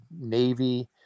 Navy